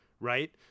right